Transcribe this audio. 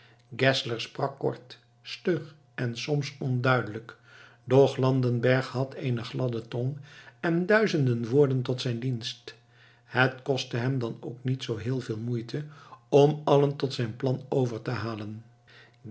sprak kort stug en soms onduidelijk doch landenberg had eene gladde tong en duizenden woorden tot zijn dienst het kostte hem dan ook niet zoo heel veel moeite om allen tot zijn plan over te halen